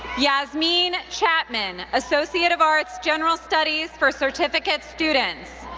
yasmeen chapman, associate of arts, general studies for certificate students.